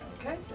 Okay